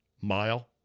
mile